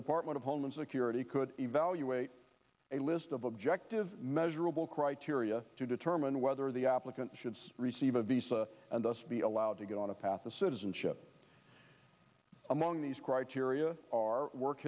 department of homeland security could evaluate a list of objective measurable criteria to determine whether the applicant should receive a visa and thus be allowed to get on a path to citizenship among these criteria our work